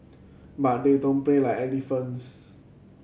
but they don't play like elephants